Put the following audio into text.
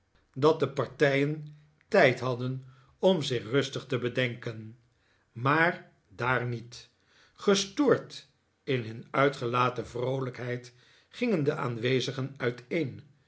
dat de in den vroegen morgen partij en tijd hadden om zich rustig te bedenken maar daar niet gestoord in hun uitgelaten vroolijkheid gingen de aanwezigen uiteen